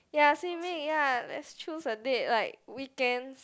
ya swimming ya let's choose a date like weekends